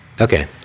Okay